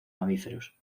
mamíferos